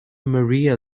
maria